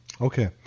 Okay